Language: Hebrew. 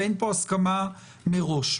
ואין פה הסכמה מראש.